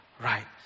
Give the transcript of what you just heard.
right